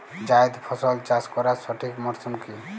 জায়েদ ফসল চাষ করার সঠিক মরশুম কি?